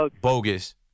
Bogus